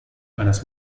eines